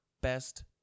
best